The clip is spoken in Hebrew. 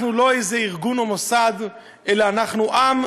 אנחנו לא איזה ארגון או איזה מוסד, אלא אנחנו עם,